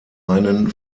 einen